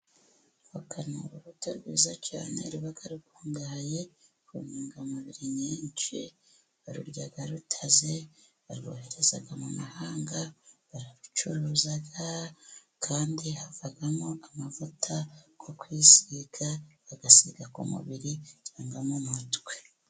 Voka ni urubuto rwiza cyane ruba rukungahaye ku ntungamubiri nyinshi, barurya rutaze, barworeza mu mahanga, bararucuruza, kandi havamo amavuta yo kwisiga, bagasiga ku mubiri cyangwa mu mutwe.